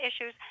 issues